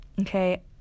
okay